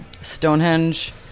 Stonehenge